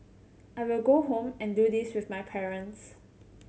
I will go home and do this with my parents